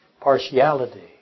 partiality